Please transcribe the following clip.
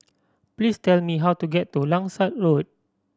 please tell me how to get to Langsat Road